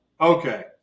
okay